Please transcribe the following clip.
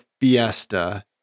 Fiesta